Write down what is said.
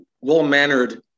well-mannered